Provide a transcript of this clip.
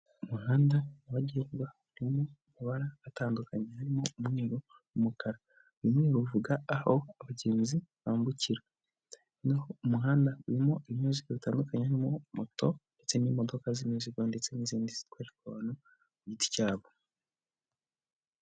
Umuhanda nyabagerwa harimo amabara atandukanye harimo umweru, umukara, umweru bivuga aho abagenzi bambukira naho umuhanda urimo ibinyabiziga bitandukanye haririmo moto ndetse n'imodoka z'imizigo ndetse n'izindi zitwara abantu ku giti cyabo.